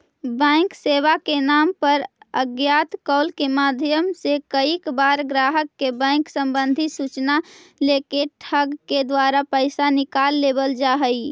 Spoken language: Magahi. बैंक सेवा के नाम पर अज्ञात कॉल के माध्यम से कईक बार ग्राहक के बैंक संबंधी सूचना लेके ठग के द्वारा पैसा निकाल लेवल जा हइ